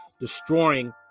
destroying